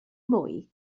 mwy